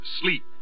Sleep